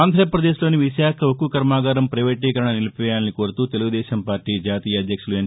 ఆంధ్రాప్రదేశ్లోని విశాఖ ఉక్కు కర్మాగారం పైవేటీకరణ నిలిపివేయాలని కోరుతూ తెలుగుదేశం పార్టీ జాతీయ అధ్యక్షులు ఎన్